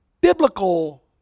biblical